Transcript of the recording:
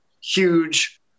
huge